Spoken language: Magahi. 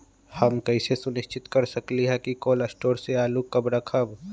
हम कैसे सुनिश्चित कर सकली ह कि कोल शटोर से आलू कब रखब?